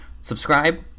Subscribe